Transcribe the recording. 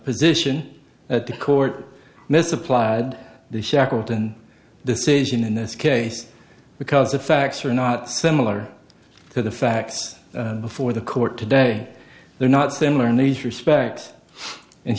position that the court misapplied the shackleton decision in this case because the facts are not similar to the facts before the court today they're not similar in these respects and